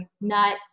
nuts